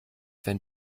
wenn